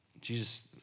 Jesus